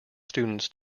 students